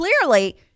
clearly